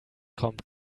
kommt